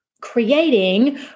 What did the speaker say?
creating